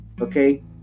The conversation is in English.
Okay